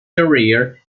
career